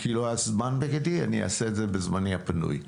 כי לא היה זמן בידי ואני אעשה את זה בזמני הפנוי,